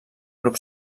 grup